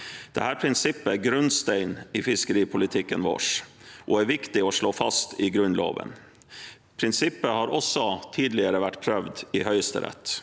Dette prinsippet er grunnsteinen i fiskeripolitikken vår og er viktig å slå fast i Grunnloven. Prinsippet har tidligere også vært prøvd i Høyesterett